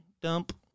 dump